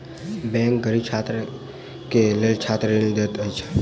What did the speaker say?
bank गरीब छात्र के लेल छात्र ऋण दैत अछि